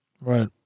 right